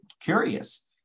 curious